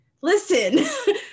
listen